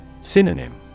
Synonym